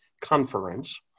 conference